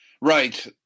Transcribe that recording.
Right